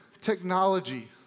Technology